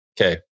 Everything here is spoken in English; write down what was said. okay